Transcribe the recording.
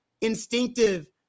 instinctive